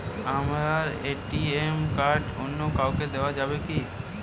আমার ATM card অন্য কাউকে দেওয়া যাবে কি?